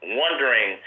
wondering